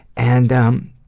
and um,